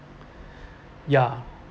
ya